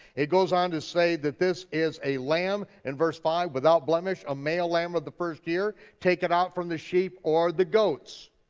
it goes on to say that this is a lamb, in verse five, without blemish, a male lamb of the first year. take it out from the sheep or the goats,